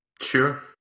Sure